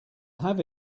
have